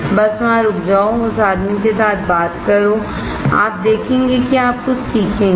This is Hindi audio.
बस वहाँ रुक जाओ उस आदमी के साथ बात करो और आप देखेंगे कि आप कुछ सीखेंगे